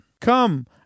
Come